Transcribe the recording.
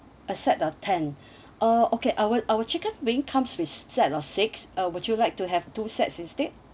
a set of ten uh okay our our chicken wing comes with set of six uh would you like to have two sets instead